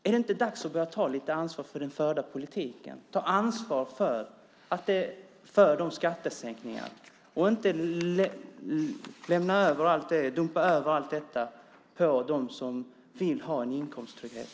Är det inte dags att börja ta lite ansvar för den förda politiken, ta ansvar för skattesänkningarna och inte dumpa över allt detta på dem som vill ha en inkomsttrygghet?